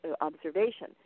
observation